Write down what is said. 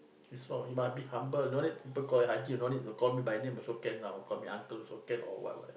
is for you must be humble and all that people call me haji or call me by name also can lah or call me uncle also can or what